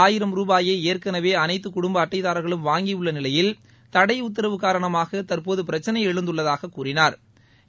ஆயிரம் ரூபாயை ஏற்கனவே அனைத்து குடும்ப அட்டைதாரர்களும் வாங்கியுள்ள நிலையில் தடை உத்தரவு காரணமாக தற்போது பிரச்சினை எழுந்துள்ளதாகக் கூறினாா்